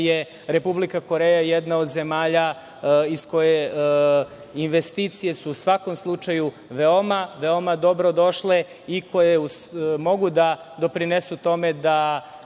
Republika Koreja jedna od zemalja iz koje su investicije u svakom slučaju veoma dobrodošle i koje mogu da doprinesu tome da